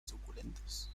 suculentas